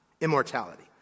immortality